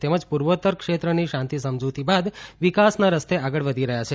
તેમજ પૂર્વોતર ક્ષેત્રની શાંતિસમજૂતી બાદ વિકાસના રસ્તે આગળ વધી રહ્યા છે